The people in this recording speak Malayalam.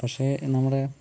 പക്ഷെ നമ്മുടെ